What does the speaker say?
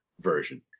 version